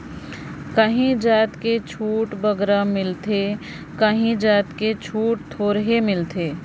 काहीं जाएत में छूट बगरा मिलथे काहीं जाएत में छूट थोरहें मिलथे